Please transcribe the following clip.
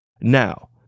Now